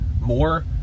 more